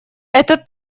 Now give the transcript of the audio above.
это